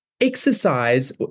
exercise